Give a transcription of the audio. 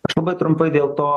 aš labai trumpai dėl to